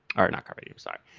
or not carpe diem, so